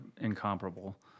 incomparable